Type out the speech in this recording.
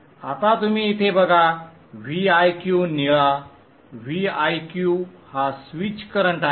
आता तुम्ही इथे बघा Viq निळा Viq हा स्विच करंट आहे